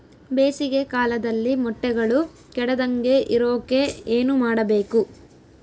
ಬೇಸಿಗೆ ಕಾಲದಲ್ಲಿ ಮೊಟ್ಟೆಗಳು ಕೆಡದಂಗೆ ಇರೋಕೆ ಏನು ಮಾಡಬೇಕು?